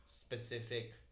specific